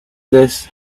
this